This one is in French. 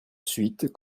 suite